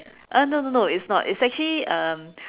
uh no no no it's not it's actually um